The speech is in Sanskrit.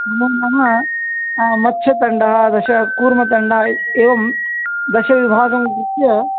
ममोनः मत्स्यतण्डः दश कूर्मतण्डः एवं दशविभागाः कृत्य